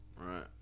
right